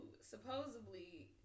supposedly